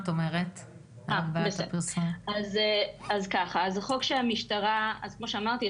כמו שאמרתי,